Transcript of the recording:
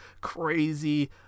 crazy